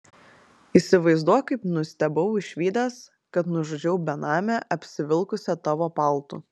įsivaizduok kaip nustebau išvydęs kad nužudžiau benamę apsivilkusią tavo paltu